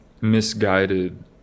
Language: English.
misguided